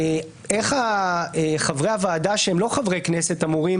איך חברי הוועדה שהם לא חברי כנסת אמורים